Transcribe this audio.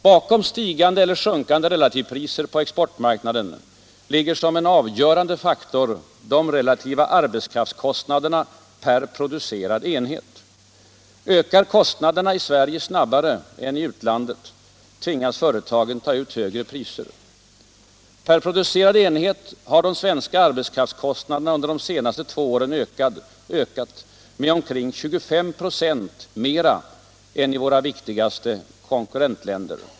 Bakom stigande eller sjunkande relativpriser på exportmarknaden ligger som en avgörande faktor de relativa arbetskraftskostnaderna per producerad enhet. Ökar kostnaderna i Sverige snabbare än i utlandet, tvingas företagen ta ut högre priser. Per producerad enhet har de svenska arbetskraftskostnaderna unde de senaste två åren ökat med omkring 25 96 mera än i våra viktigaste konkurrentländer.